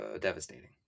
devastating